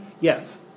Yes